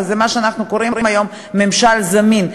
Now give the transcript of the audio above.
וזה מה שאנחנו קוראים היום "ממשל זמין".